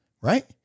Right